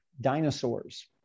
dinosaurs